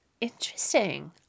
Interesting